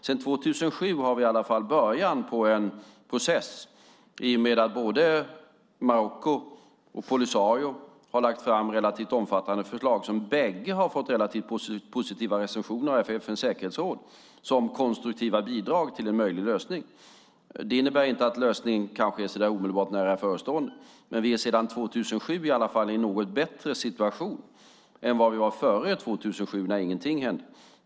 Sedan 2007 har vi i alla fall början på en process, i och med att både Marocko och Polisario har lagt fram relativt omfattande förslag, som bägge har fått relativt positiva recensioner av FN:s säkerhetsråd som konstruktiva bidrag till en möjlig lösning. Det innebär inte att lösningen kanske är så omedelbart nära förestående, men vi är i alla fall sedan 2007 i en något bättre situation än vad vi var före 2007 när ingenting hände.